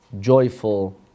joyful